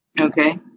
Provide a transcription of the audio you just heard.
Okay